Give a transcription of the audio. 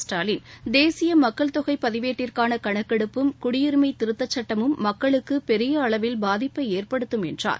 ஸ்டாலின் தேசிய மக்கள் தொகை பதிவேட்டிற்கான கணக்கெடுப்பும் குடியுரிமை திருத்தச் சுட்டமும் மக்களுக்கு பெரிய அளவில் பாதிப்பை ஏற்படுத்தும் என்றார்